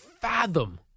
fathom